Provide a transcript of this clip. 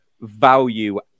value